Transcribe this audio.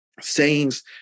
Sayings